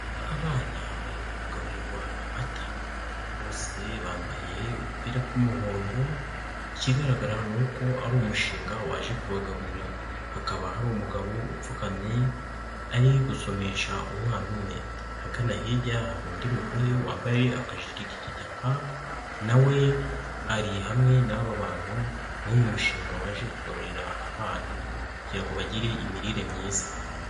Abana bari kugaburirwa amata. Bose bambaye udupira tw'umuhondo, ikigaragara ni uko ari umushinga waje kubagaburira. Hakaba hari umugabo upfukamye, ari gusomesha umwana umwe. Ahagana hirya hari undi mugore wambaye akajiri k'igitaka, na we ari hamwe n'aba bantu muri uyu mushinga waje kugaburira abana kugira ngo bagire imirire myiza.